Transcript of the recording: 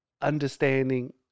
understanding